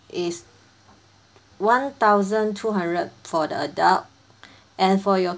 it's one thousand two hundred for the adult and for your